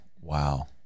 Wow